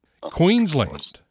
Queensland